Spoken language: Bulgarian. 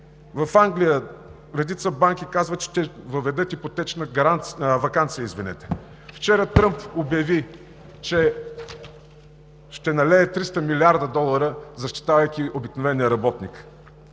В Англия редица банки казват, че ще въведат ипотечна ваканция. Вчера Тръмп обяви, че ще налее 300 млрд. долара, защитавайки обикновения работник.